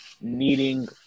needing